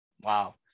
wow